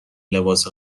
لباس